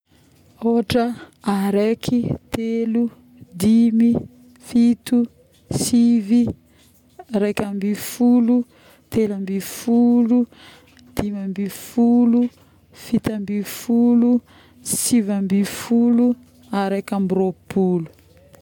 Araiky, telo, dimy, fito, sivy, araikambefolo, teloambefolo, dimambefolo, fitoambefolo, siviambefolo, araikambiroapolo